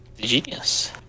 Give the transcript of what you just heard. Genius